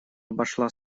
обошла